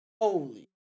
holy